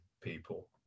people